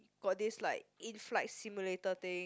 got this like in flight simulated thing